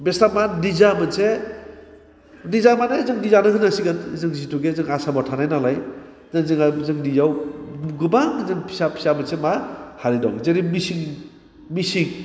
बेस्रा मा निजा मोनसे निजा माने जों निजानो होन्नांसिगोन जों जिहुथे आसामाव थानाय नालाय दा जोंहा जोंनियाव गोबां जों फिसा फिसा मोनसे माहारि दं जेरै मिसिं मिसिं